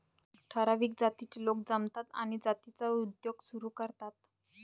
ठराविक जातीचे लोक जमतात आणि जातीचा उद्योग सुरू करतात